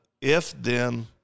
if-then